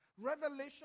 revelation